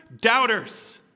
doubters